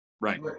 Right